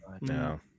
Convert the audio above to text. no